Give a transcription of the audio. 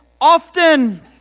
often